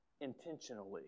intentionally